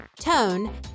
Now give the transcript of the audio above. Tone